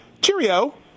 cheerio